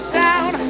down